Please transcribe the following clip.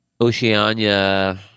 Oceania